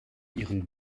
ihren